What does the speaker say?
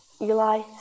Eli